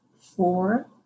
four